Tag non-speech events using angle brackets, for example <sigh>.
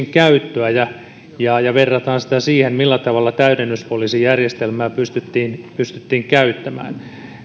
<unintelligible> käyttöä ja ja verrataan sitä siihen millä tavalla täydennyspoliisijärjestelmää pystyttiin pystyttiin käyttämään